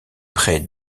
près